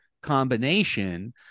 combination